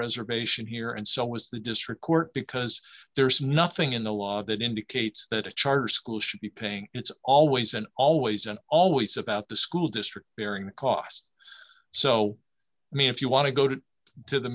reservation here and so was the district court because there is nothing in the law that indicates that a charter school should be paying it's always and always and always about the school district bearing the cost so i mean if you want to go to t